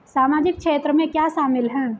सामाजिक क्षेत्र में क्या शामिल है?